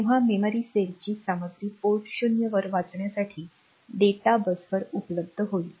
तेव्हा मेमरी सेलची सामग्री पोर्ट 0 वर वाचण्यासाठी डेटा बसवर उपलब्ध होईल